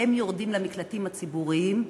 שכשהם יורדים למקלטים הציבוריים,